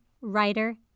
writer